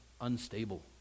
unstable